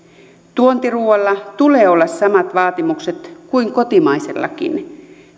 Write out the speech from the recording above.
tuontiruualla tulee olla samat vaatimukset kuin kotimaisellakin